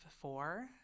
four